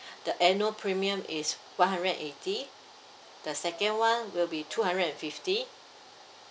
the annual premium is one hundred eighty the second one will be two hundred and fifty